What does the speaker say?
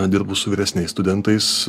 dirbu su vyresniais studentais